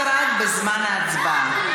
למה את, את רשאית להיכנס אך ורק בזמן ההצבעה.